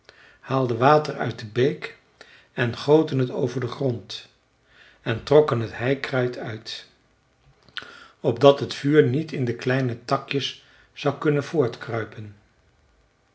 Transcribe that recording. haalden water uit de beek en goten het over den grond en trokken het heikruid uit opdat het vuur niet in de kleine takjes zou kunnen